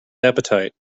appetite